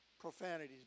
profanities